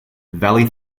valley